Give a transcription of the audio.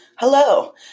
Hello